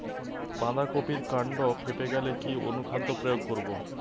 বাঁধা কপির কান্ড ফেঁপে গেলে কি অনুখাদ্য প্রয়োগ করব?